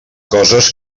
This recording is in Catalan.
coses